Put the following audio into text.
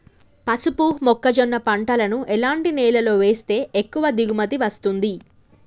పసుపు మొక్క జొన్న పంటలను ఎలాంటి నేలలో వేస్తే ఎక్కువ దిగుమతి వస్తుంది?